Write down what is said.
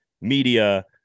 media